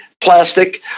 Plastic